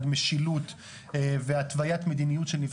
היא הסבירה על המורכבות של הדבר הזה.